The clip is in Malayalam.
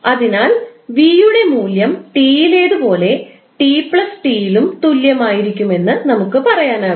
അതിനാൽ 𝑣 യുടെ മൂല്യം t യിലേതു പോലെ 𝑡 𝑇 യിലും തുല്യമായിരിക്കും നമുക്ക് പറയാനാകും